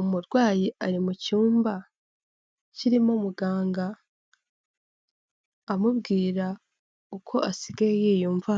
Umurwayi ari mu cyumba, kirimo muganga, amubwira uko asigaye yiyumva,